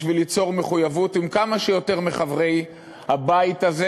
בשביל ליצור מחויבות עם כמה שיותר מחברי הבית הזה,